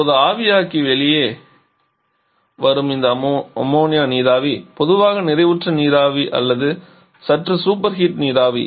இப்போது ஆவியாக்கி வெளியே வரும் இந்த அம்மோனியா நீராவி பொதுவாக நிறைவுற்ற நீராவி அல்லது சற்று சூப்பர் ஹீட் நீராவி